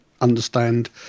understand